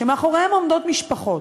שמאחוריהם עומדות משפחות,